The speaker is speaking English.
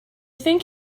think